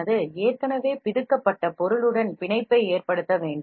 எனவே இது ஏற்கனவே வெளியேற்றப்பட்ட பொருளின் சரியான பிணைப்பு இருப்பதை மட்டுமே உறுதி செய்யும்